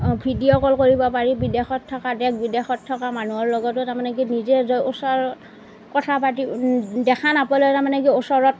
video call কৰিব পাৰি বিদেশত থকা দেশ বিদেশত থকা মানুহৰ লগতো তাৰমানে কি নিজে ওচৰত কথা পাতি দেখা নাপালেও তাৰমানে কি ওচৰত